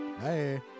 Hey